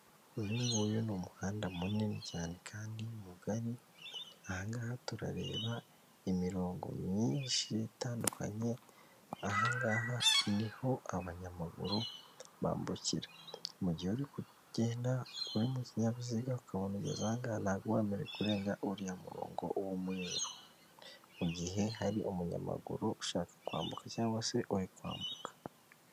Uyu nguyu ni umuhanda munini cyane kandi mugari, ahahangaha turareba imirongo myinshi itandukanye, aha ngaha niho abanyamaguru bambukira, mu mugihe uri kugenda uri mu kinyabiziga ukabona ugeze aha ngaha ntabwo uba wemerewe kurenga uriya murongo w'umweru, mu mugihe hari umunyamaguru ushaka kwambuka cg se uri kwambuka.